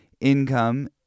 income